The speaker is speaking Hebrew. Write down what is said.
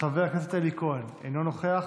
חבר הכנסת אלי כהן, אינו נוכח,